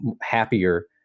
happier